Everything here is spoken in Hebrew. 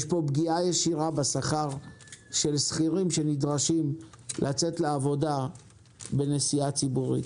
יש פה פגיעה ישירה בשכר של שכירים שנדרשים לצאת לעבודה בנסיעה ציבורית.